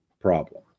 problem